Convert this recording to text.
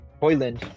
Hoyland